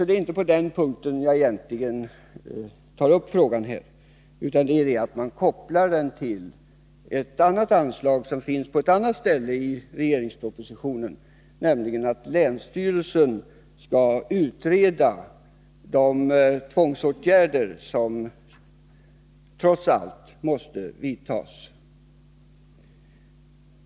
Det ärinte på den punkten som jag egentligen tar upp frågan här, utan det gör jag därför att man kopplar den till ett annat anslag som finns på ett annat ställe i regeringens proposition, där det föreslås att länsstyrelsen skall utreda de tvångsåtgärder som trots allt måste vidtas.